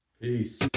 Peace